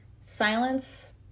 silence